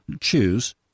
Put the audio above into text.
choose